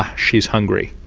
ah she's hungry.